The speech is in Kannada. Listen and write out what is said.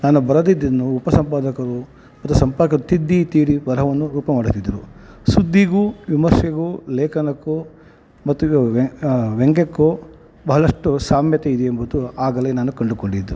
ನಾನು ಬರೆದಿದ್ದನ್ನು ಉಪಸಂಪಾದಕರು ಮತ್ತು ಸಂಪಾಕರು ತಿದ್ದಿ ತೀಡಿ ಬರಹವನ್ನು ರೂಪ ಮಾಡುತ್ತಿದ್ದರು ಸುದ್ದಿಗೂ ವಿಮರ್ಶೆಗೂ ಲೇಖನಕ್ಕೂ ಮತ್ತು ವ್ಯಂಗ್ಯಕ್ಕೂ ಬಹಳಷ್ಟು ಸಾಮ್ಯತೆ ಇದೆ ಎಂಬುದು ಆಗಲೇ ನಾನು ಕಂಡುಕೊಂಡಿದ್ದು